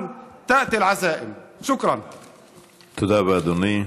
תודה רבה, אדוני.